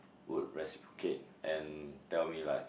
would reciprocate and tell me like